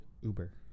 Uber